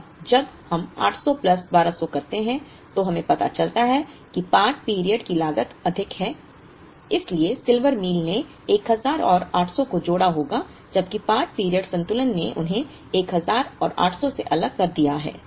अब जब हम 800 प्लस 1200 करते हैं तो हमें पता चलता है कि पार्ट पीरियड की लागत अधिक है इसलिए सिल्वर मील ने 1000 और 800 को जोड़ा होगा जबकि पार्ट पीरियड संतुलन ने उन्हें 1000 और 800 से अलग कर दिया है